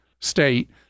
state